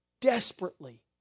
desperately